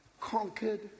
conquered